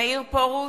מאיר פרוש,